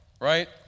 right